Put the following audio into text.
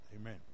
amen